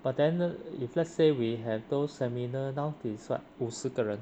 but then uh if let's say we have seminar now it is what 五十个人